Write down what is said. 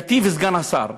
ייטיבו לעשות סגן השר,